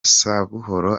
sabuhoro